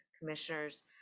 Commissioners